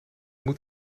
moet